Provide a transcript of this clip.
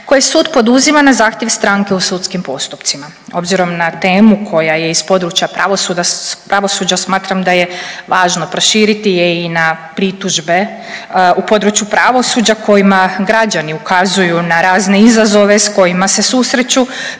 koje sud poduzima na zahtjev stranke u sudskim postupcima. Obzirom na temu koja je iz područja pravosuđa smatram da je važno proširiti je i na pritužbe u području pravosuđa kojima građani ukazuju na razne izazove sa kojima se susreću